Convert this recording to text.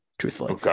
truthfully